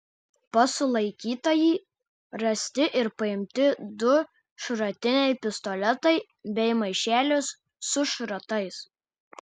pas sulaikytąjį rasti ir paimti du šratiniai pistoletai bei maišelis su šratais